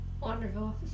Wonderful